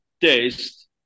test